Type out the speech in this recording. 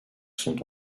sont